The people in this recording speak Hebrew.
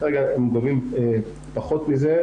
כרגע הם גובים פחות מזה,